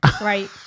right